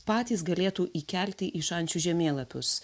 patys galėtų įkelti į šančių žemėlapius